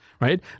right